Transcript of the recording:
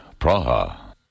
Praha